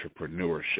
entrepreneurship